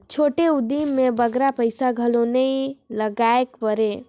छोटे उदिम में बगरा पइसा घलो नी लगाएक परे